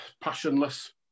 passionless